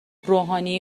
روحانی